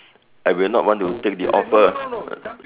I will not want to take the offer